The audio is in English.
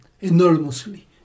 enormously